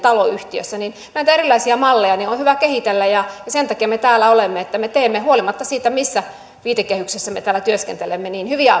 auto taloyhtiössä näitä erilaisia malleja on hyvä kehitellä sen takia me täällä olemme että me teemme huolimatta siitä missä viitekehyksessä me täällä työskentelemme hyviä